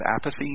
apathy